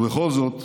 ובכל זאת,